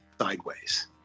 sideways